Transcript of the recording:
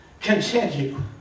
continue